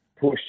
push